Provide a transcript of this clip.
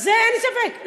בזה אין ספק.